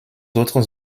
autres